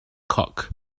cock